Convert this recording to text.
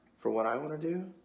for what i want to do?